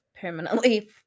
permanently